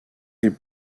des